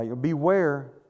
Beware